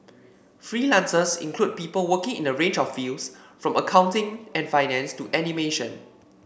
freelancers include people working in a range of fields from accounting and finance to animation